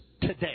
today